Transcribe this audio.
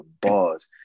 bars